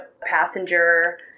passenger